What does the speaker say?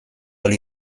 ahal